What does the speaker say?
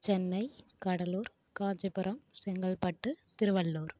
Chennai Cuddalore Kanchipuram Chengalpattu Tiruvallur